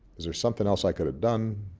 is there's something else i could have done,